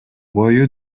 бою